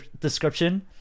description